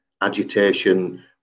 agitation